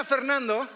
Fernando